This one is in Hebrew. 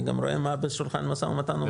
אני רואה בשולחן המשא ומתן.